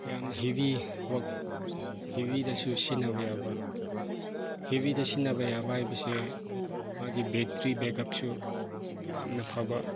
ꯌꯥꯝꯅ heavy work ꯍꯦꯚꯤꯗꯁꯨ ꯁꯤꯖꯤꯟꯅꯕ ꯌꯥꯕ ꯍꯦꯚꯤꯗ ꯁꯤꯖꯤꯟꯅꯕ ꯌꯥꯕ ꯍꯥꯏꯕꯁꯦ ꯃꯥꯒꯤ ꯕꯦꯠꯇ꯭ꯔꯤ ꯕꯦꯛꯀꯞꯁꯨ ꯌꯥꯝꯅ ꯐꯕ